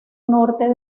norte